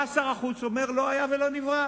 בא שר החוץ ואומר: לא היה ולא נברא.